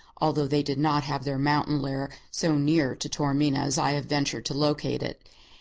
although they did not have their mountain lair so near to taormina as i have ventured to locate it.